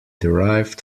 derived